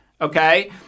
okay